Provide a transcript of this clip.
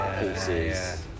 pieces